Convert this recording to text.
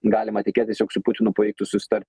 galima tikėtis jog su putinu pavyktų susitart